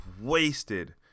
wasted